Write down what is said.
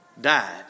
died